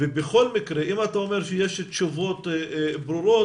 בכל מקרה, אם אתה אומר שיש תשובות ברורות,